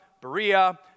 Berea